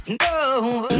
no